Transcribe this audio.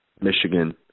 Michigan